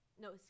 no